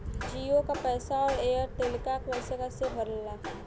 जीओ का पैसा और एयर तेलका पैसा कैसे भराला?